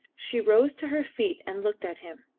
she rose to her feet and looked at him.